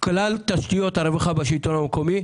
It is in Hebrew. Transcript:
כלל תשתיות הרווחה בשלטון המקומי,